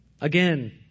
Again